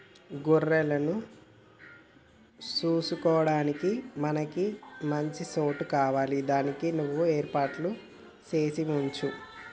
గొర్రెలను సూసుకొడానికి మనకి మంచి సోటు కావాలి దానికి నువ్వు ఏర్పాటు సేసి వుంచు